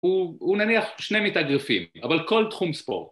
‫הוא, נניח שני מתאגרפים, ‫אבל כל תחום ספורט.